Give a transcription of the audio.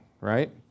right